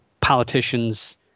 Politicians